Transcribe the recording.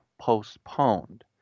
postponed